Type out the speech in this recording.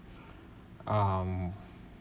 um